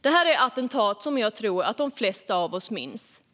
Det här är attentat som jag tror att de flesta av oss minns.